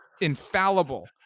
infallible